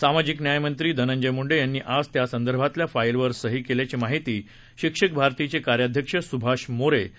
सामाजिक न्याय मंत्री धनंजय मुंडे यांनी आज त्यासंदर्भातल्या फाईलवर सही केल्याची माहिती शिक्षक भारतीचे कार्याध्यक्ष सुभाष मोरे यांनी दिली आहे